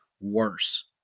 worse